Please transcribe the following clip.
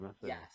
Yes